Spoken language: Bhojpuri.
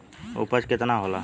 उपज केतना होला?